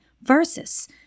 versus